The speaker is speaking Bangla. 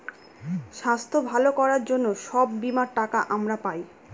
স্বাস্থ্য ভালো করার জন্য সব বীমার টাকা আমরা পায়